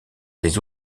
les